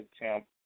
attempt